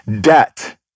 debt